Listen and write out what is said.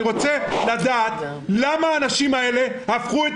אני רוצה לדעת למה האנשים האלה הפכו את